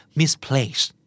misplaced